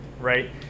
right